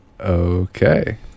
Okay